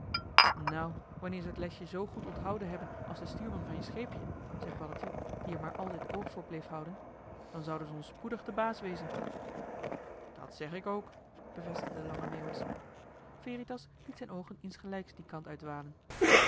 nou wanneer ze het lesje zoo goed onthouden hebben als de stuurman van je scheepje zei paddeltje die er maar altijd oog voor bleef houden dan zouden ze ons spoedig de baas wezen dat zeg ik ook bevestigde lange meeuwis veritas liet zijn oogen insgelijks dien kant